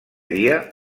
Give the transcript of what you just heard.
dia